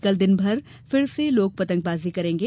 कल दिनभर फिर लोग पतंगबाजी करेंगे